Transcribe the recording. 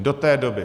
Do té doby.